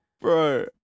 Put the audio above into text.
Bro